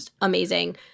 Amazing